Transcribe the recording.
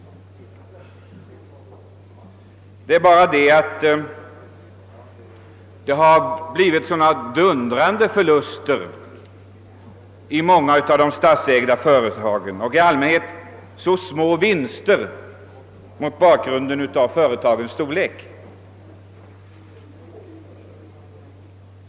1 många av de statsägda företagen har det emellertid blivit dundrande förlus ter, och i allmänhet blir det små vinster i förhållande till företagens storlek.